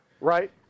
Right